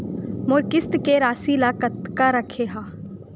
मोर किस्त के राशि ल कतका रखे हाव?